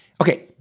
okay